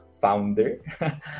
founder